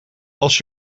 als